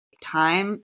time